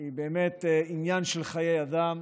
היא באמת עניין של חיי אדם,